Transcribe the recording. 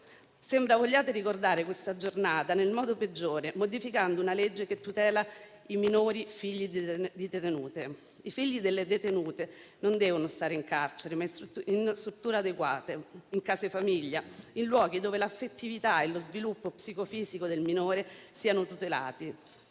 Sembra che vogliate ricordare questa giornata nel modo peggiore, modificando una legge che tutela i minori figli di detenute. I figli delle detenute non devono stare in carcere, ma in strutture adeguate, in case famiglia, in luoghi dove l'affettività e lo sviluppo psicofisico del minore siano tutelati.